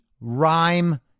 rhyme